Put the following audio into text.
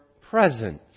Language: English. presence